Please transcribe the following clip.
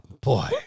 boy